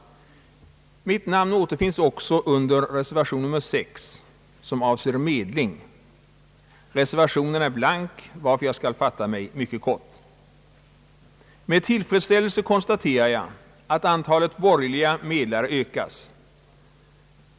Mitt namn återfinns också under reservation nr 6, som avser medling. Reservationen är blank, varför jag skall fatta mig mycket kort. Med tillfredsställelse konstaterar jag att antalet borgerliga medlare ökats.